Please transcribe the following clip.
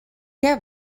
què